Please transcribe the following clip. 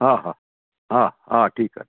हा हा हा ठीकु आहे